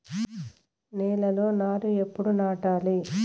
నేలలో నారు ఎప్పుడు నాటాలి?